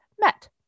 met